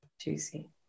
Juicy